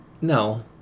no